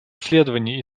исследований